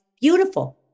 Beautiful